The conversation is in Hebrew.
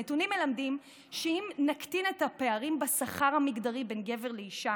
הנתונים מלמדים שאם נקטין את הפערים המגדריים בשכר בין גבר לאישה